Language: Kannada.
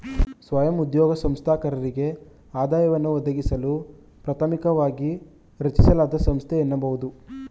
ಸ್ವಯಂ ಉದ್ಯೋಗ ಸಂಸ್ಥಾಪಕರಿಗೆ ಆದಾಯವನ್ನ ಒದಗಿಸಲು ಪ್ರಾಥಮಿಕವಾಗಿ ರಚಿಸಲಾದ ಸಂಸ್ಥೆ ಎನ್ನಬಹುದು